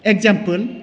example